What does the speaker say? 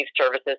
services